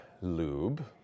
lube